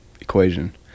equation